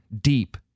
deep